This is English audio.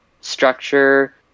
structure